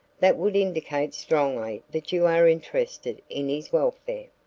that would indicate strongly that you are interested in his welfare.